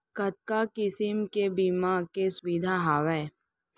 कतका किसिम के बीमा के सुविधा हावे?